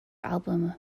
album